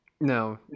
No